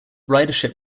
ridership